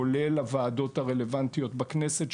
כולל לוועדות הרלוונטיות בכנסת,